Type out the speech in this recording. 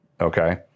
okay